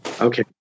Okay